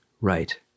right